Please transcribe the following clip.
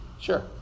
Sure